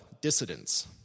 dissidents